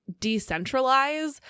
decentralize